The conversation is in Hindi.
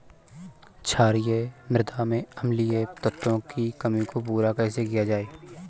क्षारीए मृदा में अम्लीय तत्वों की कमी को पूरा कैसे किया जाए?